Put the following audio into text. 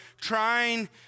trying